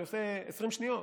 אני עושה 20 שניות.